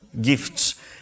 gifts